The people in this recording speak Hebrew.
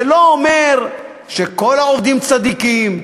זה לא אומר שכל העובדים צדיקים,